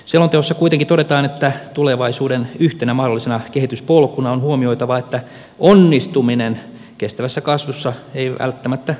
selonteossa kuitenkin todetaan että tulevaisuuden yhtenä mahdollisena kehityspolkuna on huomioitava että onnistuminen kestävässä kasvussa ei välttämättä toteudu